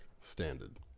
standard